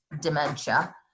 dementia